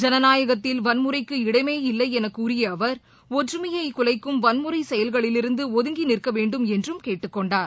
ஜனநாயகத்தில் வன்முறைக்கு இடமே இல்லை என கூறிய அவர் ஒற்றுமையை குலைக்கும் வன்முறை செயல்களிலிருந்து ஒதங்கி நிற்க வேண்டும் என்றும் அவர் கேட்டுக்கொண்டார்